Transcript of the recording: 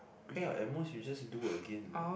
ya at most you just do again like